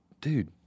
dude